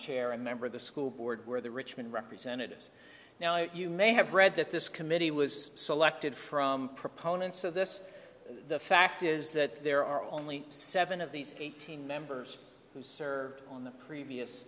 chair a member of the school board where the richmond representatives now it you may have read that this committee was selected from proponents of this the fact is that there are only seven of these eighteen members who served on the previous